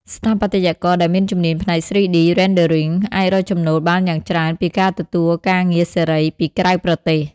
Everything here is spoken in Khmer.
ស្ថាបត្យករដែលមានជំនាញផ្នែក 3D Rendering អាចរកចំណូលបានយ៉ាងច្រើនពីការទទួលការងារសេរី ពីក្រៅប្រទេស។